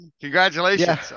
Congratulations